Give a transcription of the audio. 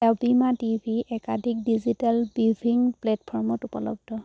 TV একাধিক digital প্লেটফৰ্মত উপলব্ধ